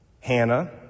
Hannah